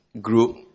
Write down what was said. group